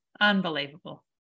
Unbelievable